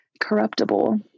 corruptible